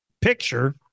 picture